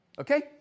Okay